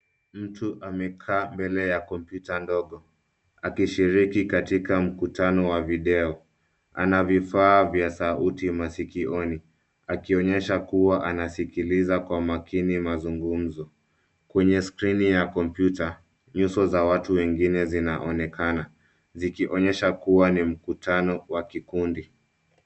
Mtu amekaa mbele ya kompyuta ndogo, akishiriki katika mkutano wa video. Ana vifaa vya sauti masikioni, akionyesha kuwa anasikiliza kwa makini mazungumzo. Kwenye skrini ya kompyuta, nyuso za watu wengine zinaonekana zikionyesha kuwa ni mkutano wa kikundi.